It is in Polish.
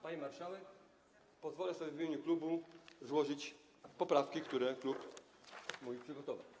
Pani marszałek, pozwolę sobie w imieniu klubu złożyć poprawki, które mój klub przygotował.